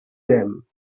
them